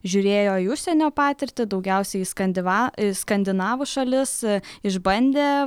žiūrėjo į užsienio patirtį daugiausiai skandiva skandinavų šalis išbandė